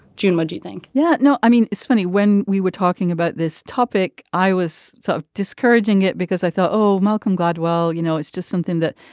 june what do you think yeah. no i mean it's funny when we were talking about this topic i was so discouraging it because i thought oh malcolm gladwell you know it's just something that.